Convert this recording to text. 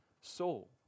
soul